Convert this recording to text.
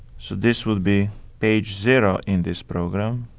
so this would be page zero in this program,